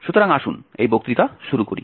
সুতরাং আসুন এই বক্তৃতা শুরু করি